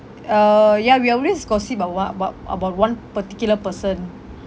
uh ya we always gossip uh what what about one particular person